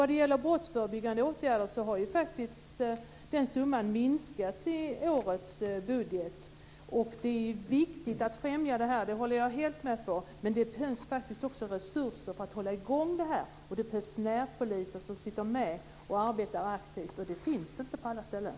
Vad gäller brottsförebyggande åtgärder har den summan faktiskt minskats i årets budget. Det är dock viktigt att främja den förebyggande verksamheten - det håller jag helt med om - men det behövs också resurser för att hålla i gång det hela. Vidare behövs det närpoliser som sitter med och arbetar aktivt med detta; det finns det inte på alla ställen.